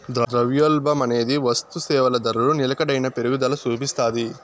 ద్రవ్యోల్బణమనేది వస్తుసేవల ధరలో నిలకడైన పెరుగుదల సూపిస్తాది